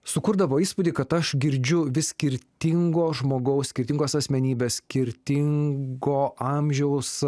sukurdavo įspūdį kad aš girdžiu vis skirtingo žmogaus skirtingos asmenybės skirtingo amžiaus